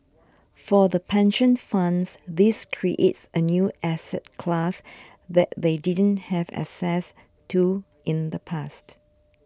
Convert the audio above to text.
for the pension funds this creates a new asset class that they didn't have access to in the past